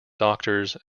doctors